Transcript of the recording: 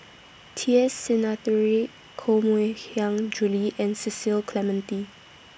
T S Sinnathuray Koh Mui Hiang Julie and Cecil Clementi